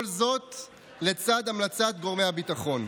כל זאת לצד המלצת גורמי הביטחון.